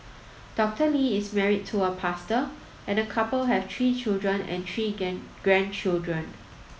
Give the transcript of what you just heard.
Doctor Lee is married to a pastor and the couple have three children and three grandchildren